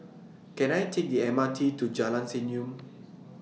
Can I Take The M R T to Jalan Senyum